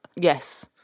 Yes